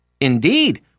Indeed